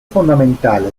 fondamentale